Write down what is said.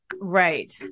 right